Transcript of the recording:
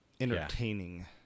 entertaining